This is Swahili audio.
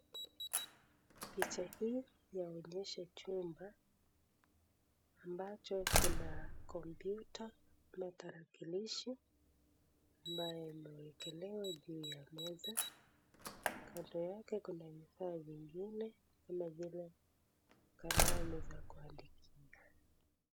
Picha hii inaonyesha chumba ambacho kina kompyuta ama tarakilishi ambayo imewekelewa juu ya meza, kando yake kuna vifaa vingine kama vile kalamu za kuandikia.